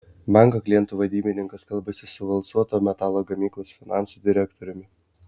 banko klientų vadybininkas kalbasi su valcuoto metalo gamyklos finansų direktoriumi